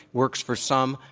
works for some.